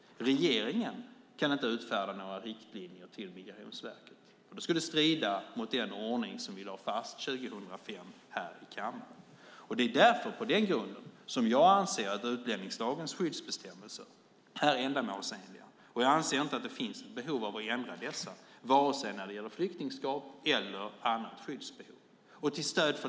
Regeringen kan inte utfärda några riktlinjer till Migrationsverket. Det skulle strida mot den ordning som vi lade fast här i kammaren 2005. Det är på den grunden som jag anser att utlänningslagens skyddsbestämmelser är ändamålsenliga, och jag anser inte att det finns något behov av att ändra dessa vare sig när det gäller flyktingskap eller annat skyddsbehov.